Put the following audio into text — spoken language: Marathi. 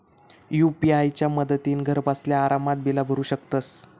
यू.पी.आय च्या मदतीन घरबसल्या आरामात बिला भरू शकतंस